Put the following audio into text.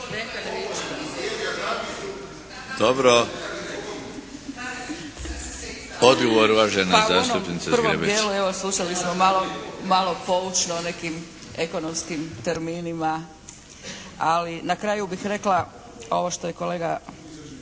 Dobro. Odgovor uvažena zastupnica Zgrebec.